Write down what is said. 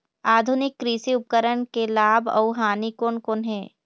आधुनिक कृषि उपकरण के लाभ अऊ हानि कोन कोन हे?